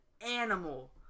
animal